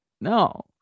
No